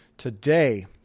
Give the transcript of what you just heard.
Today